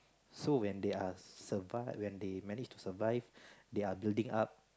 so when they are survive when they managed to survive they are building up